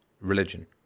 religion